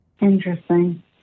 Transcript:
Interesting